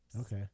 Okay